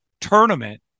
tournament